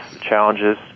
challenges